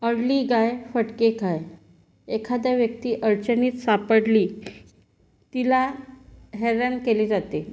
oddly गाय फटके खाय एखाद्या व्यक्ती अडचणीत सापडली तिला हैराण केले जाते